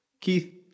Keith